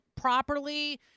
properly